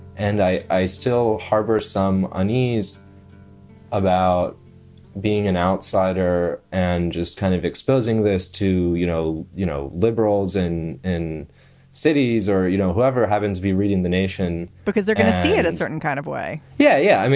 and i i still harbor some unease about being an outsider and just kind of exposing this to, you know, you know, liberals and in cities or, you know, whoever happens to be reading the nation because they're going to see it a certain kind of way. yeah. yeah.